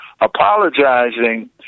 apologizing